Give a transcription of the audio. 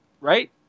Right